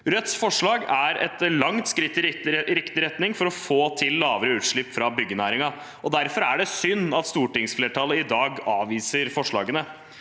Rødts forslag er et langt skritt i riktig retning for å få til lavere utslipp fra byggenæringen, og derfor er det synd at stortingsflertallet i dag avviser forslagene.